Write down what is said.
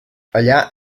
allà